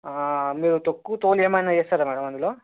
మీరు తొక్కు తోలు ఏమైనా వేస్తారా మ్యాడమ్ అందులో